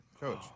Coach